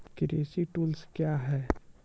कृषि टुल्स क्या हैं?